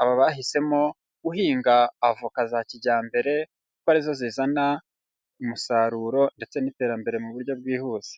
aba bahisemo guhinga avoka za kijyambere kuko arizo zizana umusaruro ndetse n'iterambere mu buryo bwihuse.